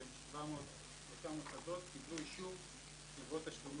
שהם 703 מוסדות קיבלו אישור לגבות תשלומי